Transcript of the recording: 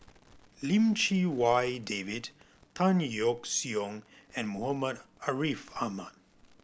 Lim Chee Wai David Tan Yeok Seong and Muhammad Ariff Ahmad